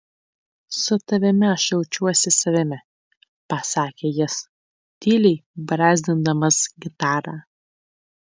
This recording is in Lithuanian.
su tavimi aš jaučiuosi savimi pasakė jis tyliai brązgindamas gitarą